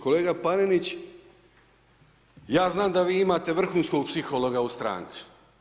Kolega Panenić, ja znam da vi imate vrhunskog psihologa u stranci.